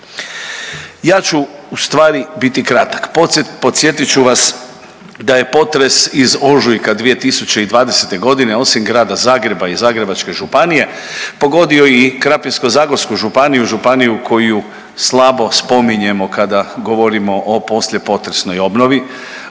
Ja ću u stvari biti kratak. Podsjetit ću vas da je potres iz ožujka 2020. godine osim grada Zagreba i Zagrebačke županije pogodio i Krapinsko-zagorsku županiju, županiju koju slabo spominjemo kada govorimo o poslije potresnoj obnovi,